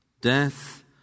Death